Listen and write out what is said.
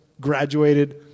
graduated